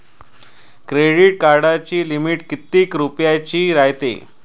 Credit कार्डाची limit कितीक रुपयाची रायते?